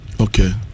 Okay